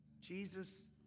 Jesus